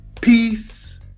Peace